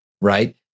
right